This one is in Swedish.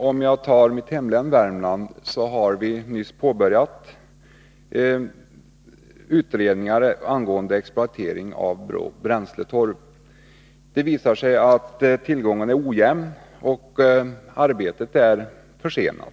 I mitt hemlän Värmland har vi nyss påbörjat utredningar angående exploatering av bränsletorv. Det visar sig att tillgången är ojämn, och arbetet är försenat.